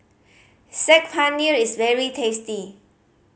Saag Paneer is very tasty